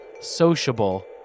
sociable